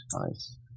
Nice